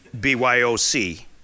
BYOC